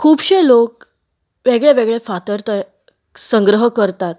खुबशे लोक वेगळे वेगळे फातर त संग्रह करतात